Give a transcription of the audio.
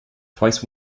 twice